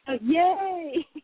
Yay